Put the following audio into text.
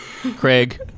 Craig